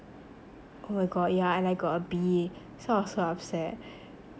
oh my god yeah and I got a B so I was so upset